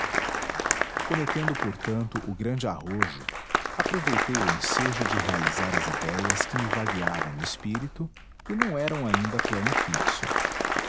cometendo portanto o grande arrojo aproveitei o ensejo de realizar as idéias que me vagueavam